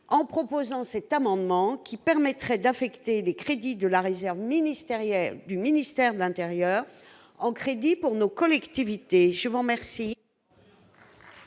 en proposant cet amendement qui permettrait d'affecter des crédits de la réserve ministérielle du ministère de l'Intérieur en crédits pour nos collectivités, je vous remercie.